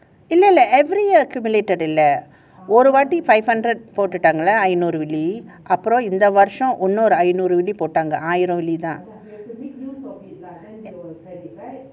இல்ல இல்ல:i ill illa every year accumulated இல்ல ஒரு வாட்டி:illa oru vaatti five hundred போட்டுட்டாங்கள ஐநூறு:pottutaangalla ainooru போட்டுட்டாங்க அப்புறம் இந்த வருஷம் ஐநூறு:pottutaangalla appuram intha varusham ainooru போட்டுட்டாங் தா:pottutaanga thaa